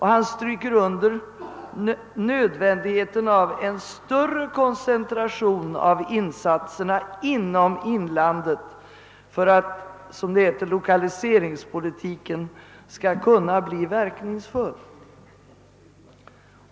Han stryker under nödvändigheten av en större koncentration av insatserna inom inlandet för att, som det heter, lokaliseringspolitiken skall kunna bli verkningsfull.